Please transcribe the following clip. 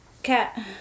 Cat